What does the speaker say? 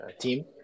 team